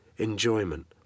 Enjoyment